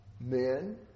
Men